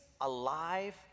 alive